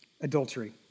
adultery